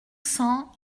cents